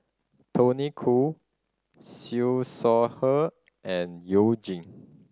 Tony Khoo Siew Shaw Her and You Jin